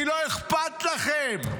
כי לא אכפת לכם,